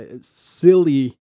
silly